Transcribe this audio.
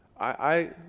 i,